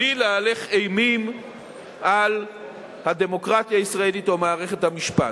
בלי להלך אימים על הדמוקרטיה הישראלית או מערכת המשפט.